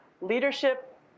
leadership